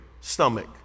stomach